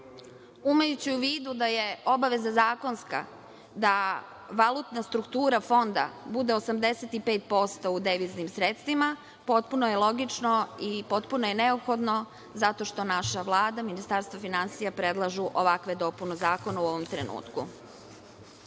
Imajući u vidu da je obaveza zakonska, da valutna struktura fonda bude 85% u deviznim sredstvima potpuno je logično i potpuno je neophodno zato što naša Vlada, Ministarstvo finansija predlažu ovakvu dopunu zakona u ovakvom trenutku. Narodna